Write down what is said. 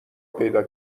پیدا